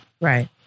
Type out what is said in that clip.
Right